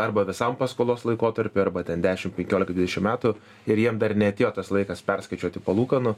arba visam paskolos laikotarpiui arba ten dešim penkiolika dvidešim metų ir jiem dar neatėjo tas laikas perskaičiuoti palūkanų